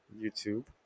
YouTube